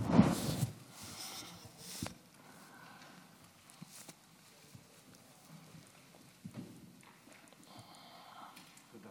תודה